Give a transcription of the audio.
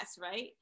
right